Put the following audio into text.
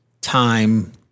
time